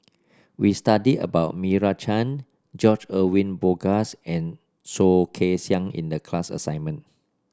we studied about Meira Chand George Edwin Bogaars and Soh Kay Siang in the class assignment